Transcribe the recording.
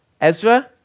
Ezra